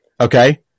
Okay